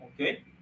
okay